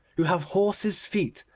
who have horses' feet,